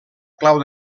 clau